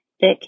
thick